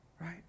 right